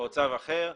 או צו אחר,